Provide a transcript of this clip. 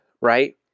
right